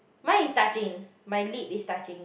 mine is touching my lip is touching